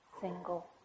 single